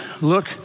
look